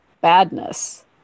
badness